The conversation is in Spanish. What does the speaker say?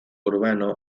urbano